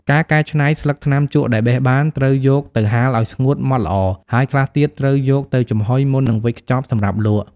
ការកែច្នៃ ស្លឹកថ្នាំជក់ដែលបេះបានត្រូវយកទៅហាលឱ្យស្ងួតហ្មត់ល្អ ហើយខ្លះទៀតត្រូវយកទៅចំហុយមុននឹងវេចខ្ចប់សម្រាប់លក់។